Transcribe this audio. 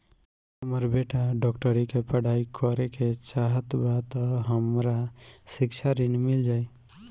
हमर बेटा डाक्टरी के पढ़ाई करेके चाहत बा त हमरा शिक्षा ऋण मिल जाई?